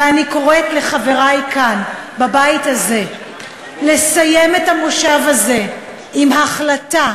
ואני קוראת לחברי כאן בבית הזה לסיים את המושב הזה עם החלטה,